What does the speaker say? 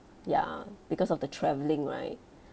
ya because of the travelling right